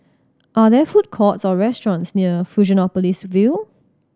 are there food courts or restaurants near Fusionopolis View